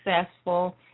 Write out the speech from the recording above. successful